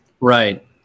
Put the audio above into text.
Right